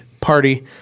party